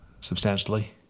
substantially